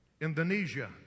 Indonesia